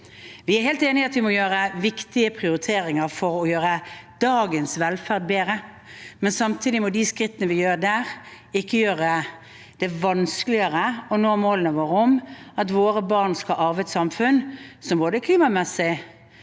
Vi er helt enig i at vi må gjøre viktige prioriteringer for å gjøre dagens velferd bedre, men samtidig må de skrittene vi tar der, ikke gjøre det vanskeligere å nå målene våre om at våre barn skal arve et samfunn som både klimamessig,